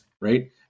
right